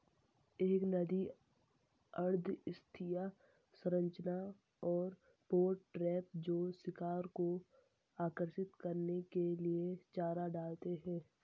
एक नदी अर्ध स्थायी संरचना और पॉट ट्रैप जो शिकार को आकर्षित करने के लिए चारा डालते हैं